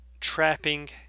trapping